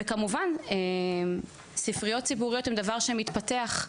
וכמובן, ספריות ציבוריות הן דבר במתפתח,